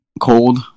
Cold